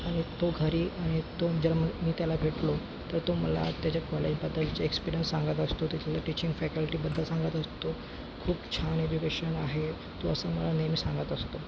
आणि तो घरी आणि तो जाऊन मी त्याला भेटलो तर तो मला त्याचे कॉलेजबद्दलचे एक्सपिरियन्स सांगत असतो तिथल्या टीचिंग फॅकल्टीबद्दल सांगत असतो खूप छान एज्युकेशन आहे तो असं मला नेहमी सांगत असतो